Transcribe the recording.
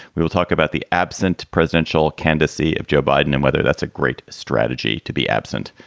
we will talk about the absent presidential candidacy of joe biden and whether that's a great strategy to be absent.